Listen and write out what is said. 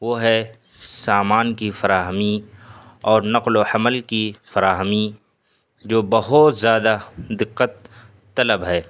وہ ہے سامان کی فراہمی اور نقل و حمل کی فراہمی جو بہت زیادہ دقت طلب ہے